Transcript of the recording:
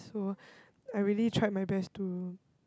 so I really tried my best to